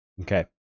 Okay